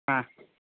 ಹಾಂ